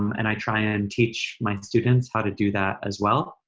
um and i try and teach my students how to do that as well.